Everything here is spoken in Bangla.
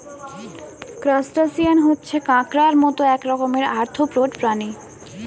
ক্রাস্টাসিয়ান হচ্ছে কাঁকড়ার মত এক রকমের আর্থ্রোপড প্রাণী